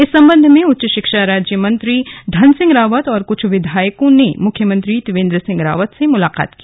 इस संबंध में उच्च शिक्षा मंत्री धनसिंह रावत और कुछ विधायकों ने मुख्यमंत्री त्रिवेन्द्र सिंह रावत से मुलाकात की